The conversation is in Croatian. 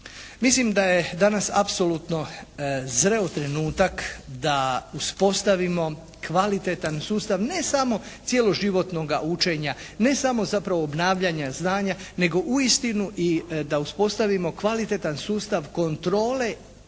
Mislim da je danas apsolutno zreo trenutak da uspostavimo kvalitetan sustav ne samo cjeloživotnoga učenja, ne samo zapravo obnavljanja znanja, nego uistinu i da uspostavimo kvalitetan sustav kontrole